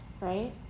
right